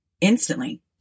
Instantly